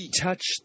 touch